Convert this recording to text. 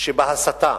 שבהסתה,